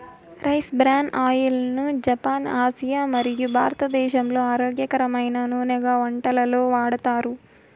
rice bran oil ను Japan, Asia మరియు భారతదేశంలో ఆరోగ్యకరమైన నూనెగా వంటలలో వాడతారు